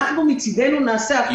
אנחנו מצדנו נעשה הכול.